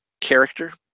character